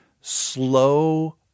slow